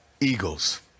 eagles